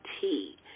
tea